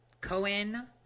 Cohen